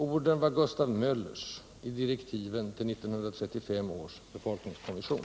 Orden var Gustav Möllers, i direktiven till 1935 års befolkningskommission.